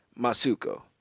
Masuko